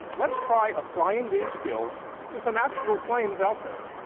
let's try applying these skills to some actual claims out there.